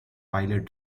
pilot